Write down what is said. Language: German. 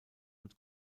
und